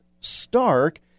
stark